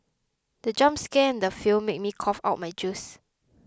the jump scare in the film made me cough out my juice